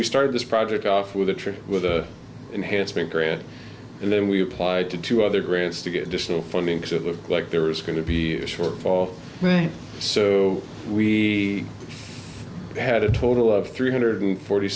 we started this project off with a tree with enhancement grant and then we applied to two other grants to get additional funding because it looked like there was going to be a short fall so we had a total of three hundred forty